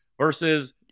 versus